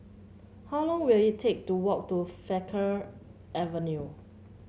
how long will it take to walk to Frankel Avenue